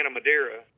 Madeira